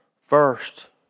first